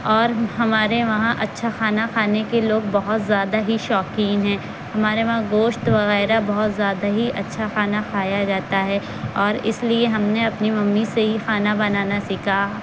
اور ہمارے وہاں اچھا کھانا کھانے کے لوگ بہت زیادہ ہی شوقین ہیں ہمارے وہاں گوشت وغیرہ بہت زیادہ ہی اچھا کھانا کھایا جاتا ہے اور اس لیے ہم نے اپنی ممی سے ہی کھانا بنانا سیکھا